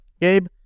Gabe